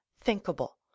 thinkable